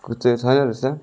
कुच्चिएको छैन रहेछ